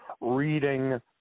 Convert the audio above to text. reading